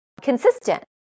consistent